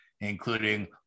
including